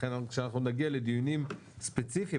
לכן כשנגיע לדיונים ספציפיים,